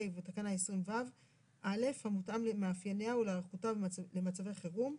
ותקנה 20ו(א) המותאם למאפייניה ולהיערכותה במצבי חירום.